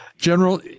General